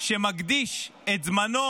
שמקדיש את זמנו,